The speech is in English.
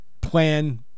plan